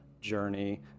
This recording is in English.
journey